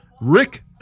Rick